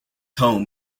home